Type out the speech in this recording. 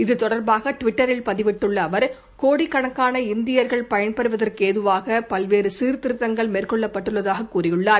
இது தொடர்பாக ட்விட்டரில் பதிவிட்டுள்ள அவர் கோடிக்கணக்கான இந்தியர்கள் பயன்பெறுவதற்கேதுவாக பல்வேறு சீர்திருத்தங்கள் மேற்கொள்ளப்பட்டுள்ளதாக கூறியுள்ளார்